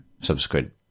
subsequent